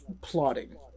plotting